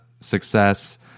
success